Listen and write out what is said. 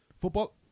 Football